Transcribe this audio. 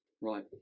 Right